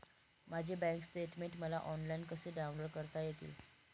माझे bank statement मला online कसे डाउनलोड करता येईल?